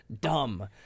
dumb